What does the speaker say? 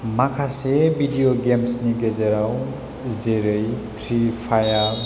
माखासे भिडिअ गेमसनि गेजेराव जेरै फ्रि फायार